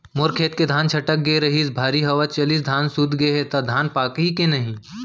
मोर खेत के धान छटक गे रहीस, भारी हवा चलिस, धान सूत गे हे, त धान पाकही के नहीं?